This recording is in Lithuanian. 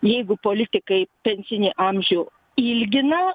jeigu politikai pensinį amžių ilgina